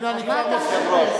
במה הוא עבד באמת?